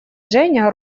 женя